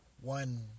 one